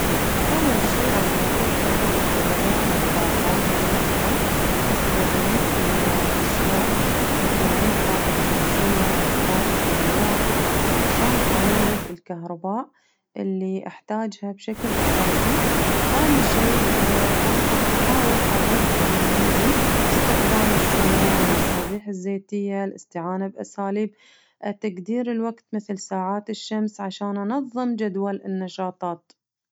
أول شي راح أفكر ببدائل الطاقة يعني مثلاً أستعين في أشياء مثلاً الطاقة الشمسة أو طاقة الرياح علشان أولد الكهرباء اللي أحتاجها بشكل أساسي ثاني شي راح أحاول أضيء المنزل باستخدام الشموع المصابيح الزيتية الاستعانة بأساليب تقدير الوقت مثل ساعات الشمس عشان أنظم جدول النشاطات.